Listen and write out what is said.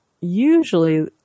usually